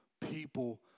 people